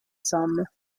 somme